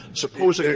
suppose ah